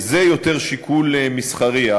זה יותר שיקול מסחרי.